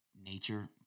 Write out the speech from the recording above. nature